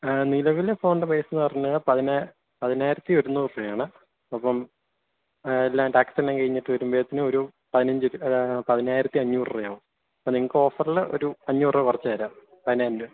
നിലവിലെ ഫോണിൻറെ പ്രൈസെന്നു പറഞ്ഞുകഴിഞ്ഞാൽ പതിനാ പതിനായിരത്തി ഒരുന്നൂറു രൂപയാണ് അപ്പം എല്ലാം ടാക്സെല്ലാം കഴിഞ്ഞിട്ട് വരുമ്പോഴത്തേനും ഒരു പതിനഞ്ചു പതിനായിരത്തിഅഞ്ഞൂറുരൂപയാകും അപ്പോൾ നിങ്ങൾക്ക് ഓഫറിൽ ഒരു അഞ്ഞൂറുരൂപ കുറച്ചുതരാം പതിനായിരം രൂപ